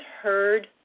heard